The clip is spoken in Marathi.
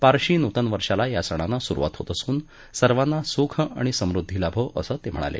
पारशी नूतन वर्षाला या सणानं सुरुवात होत असून सर्वांना सुख आणि समृद्धी लाभो असंच ते म्हणाले